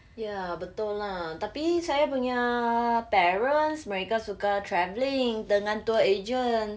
ya betul lah tapi saya punya parents mereka suka travelling dengan tour agent